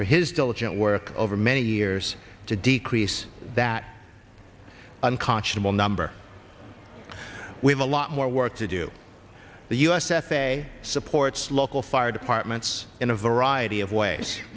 for his diligent work over many years to decrease that unconscionable number we have a lot more work to do the u s f a a supports local fire departments in a variety of ways